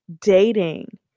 Dating